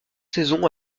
saisons